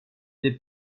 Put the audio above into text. des